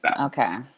Okay